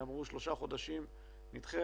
אמרו: שלושה חודשים נדחה.